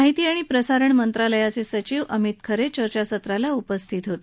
माहिती आणि प्रसारण मंत्रालयाचे सचिव अमित खरे या चर्चासत्राला उपस्थित होते